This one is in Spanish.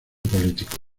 político